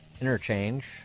interchange